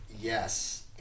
yes